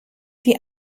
die